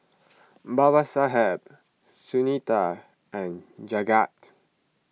Babasaheb Sunita and Jagat